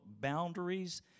Boundaries